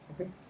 okay